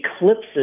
eclipses